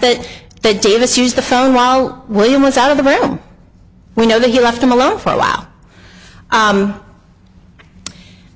that they gave this use the phone while william was out of the room we know that he left them alone for a while